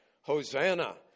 Hosanna